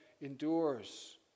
endures